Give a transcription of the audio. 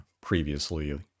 previously